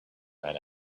man